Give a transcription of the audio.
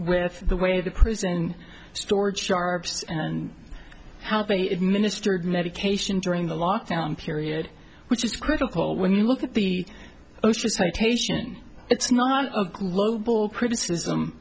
with the way the prison stored sharp's and how they administered medication during the lockdown period which is critical when you look at the osha citation it's not a global criticism